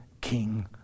King